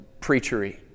preachery